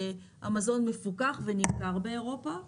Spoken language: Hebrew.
המזון מפוקח ונמכר באירופה,